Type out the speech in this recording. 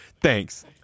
thanks